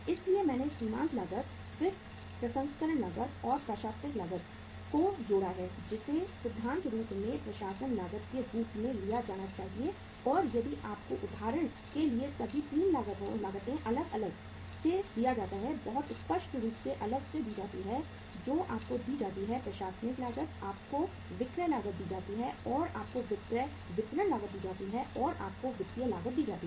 इसलिए मैंने सीमांत लागत फिर प्रसंस्करण लागत और प्रशासन लागत को जोड़ा है जिसे सिद्धांत रूप में प्रशासन लागत के रूप में लिया जाना चाहिए और यदि आपको उदाहरण के लिए सभी 3 लागतें अलग से दिया जाता है बहुत स्पष्ट रूप से अलग से दी जाती हैं जो आपको दी जाती हैं प्रशासनिक लागत आपको विक्रय लागत दी जाती है और आपको विक्रय वितरण लागत दी जाती है और आपको वित्तीय लागत दी जाती है